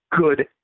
good